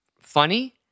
funny